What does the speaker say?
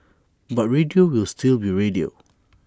but radio will still be radio